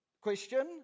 Question